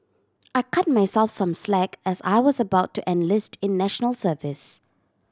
I cut myself some slack as I was about to enlist in National Service